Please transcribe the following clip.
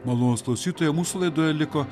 malonūs klausytojai mūsų laidoje liko